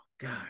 god